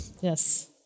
Yes